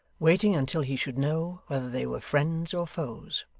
waiting until he should know whether they were friends or foes.